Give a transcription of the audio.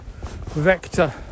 vector